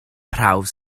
prawf